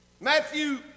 Matthew